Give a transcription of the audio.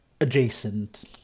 adjacent